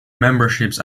memberships